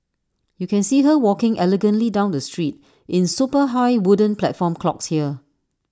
you can see her walking elegantly down the street in super high wooden platform clogs here